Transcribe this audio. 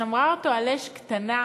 שמרה אותו על אש קטנה.